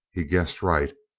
he guessed right.